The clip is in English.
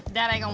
that ain't um